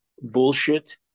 bullshit